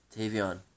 Tavion